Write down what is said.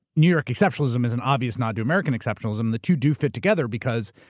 new york exceptionalism is an obvious nod to american exceptionalism. the two do fit together, because,